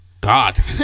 God